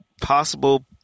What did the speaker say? possible